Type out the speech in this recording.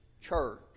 church